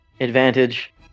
advantage